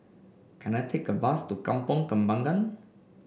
can I take a bus to Kampong Kembangan